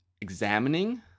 examining